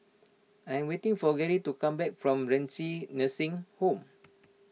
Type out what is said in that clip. I'm waiting for Garry to come back from Renci Nursing Home